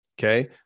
Okay